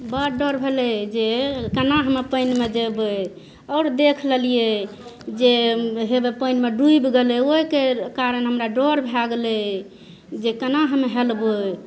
बड डर भेलै जे केना हम पानिमे जेबै आओर देख लेलियै जे हेवए पानिमे डूबि गेलै ओहिके कारण हमरा डर भए गेलै जे केना हम हेलबै